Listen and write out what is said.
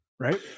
Right